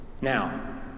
Now